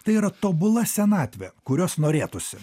tai yra tobula senatvė kurios norėtųsi